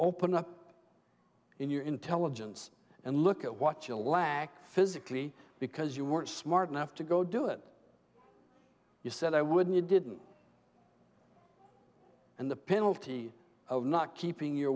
open up in your intelligence and look at what you'll lack physically because you weren't smart enough to go do it you said i wouldn't it didn't and the penalty of not keeping your